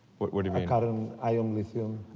what what do you mean? kind of and ion lithium.